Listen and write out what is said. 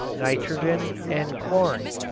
nitrogen and chlorine.